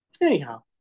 anyhow